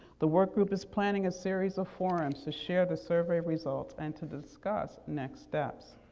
the work group is planning a series of forums to share the survey results and to discuss next steps.